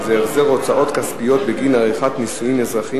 הצעת חוק החזר הוצאות כספיות בגין עריכת נישואין אזרחיים